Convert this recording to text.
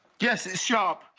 yes, it's sharp.